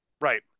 Right